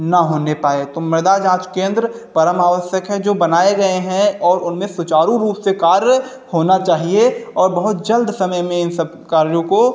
न होने पायें तो मृदा जांच केंद्र परम आवश्यक हैं जो बनाए गए हैं और उनमें सुचारू रूप से कार्य होना चाहिए और बहुत जल्द समय में इन कार्यों को